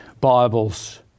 Bibles